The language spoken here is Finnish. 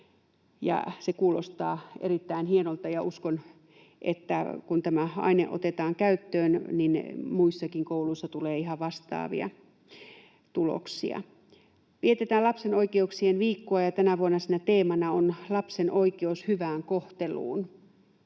Se kuulostaa erittäin hienolta, ja uskon, että kun tämä aine otetaan käyttöön, niin muissakin kouluissa tulee ihan vastaavia tuloksia. Vietetään Lapsen oikeuksien viikkoa, ja tänä vuonna siinä teemana on lapsen oikeus hyvään kohteluun